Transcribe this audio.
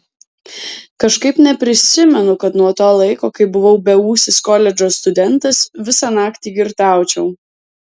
kažkaip neprisimenu kad nuo to laiko kai buvau beūsis koledžo studentas visą naktį girtaučiau